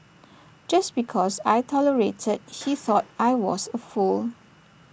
just because I tolerated he thought I was A fool